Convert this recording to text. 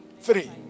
Three